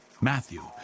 Matthew